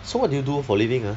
so what do you do for living ah